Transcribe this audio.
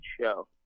show